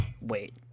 wait